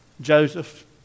Joseph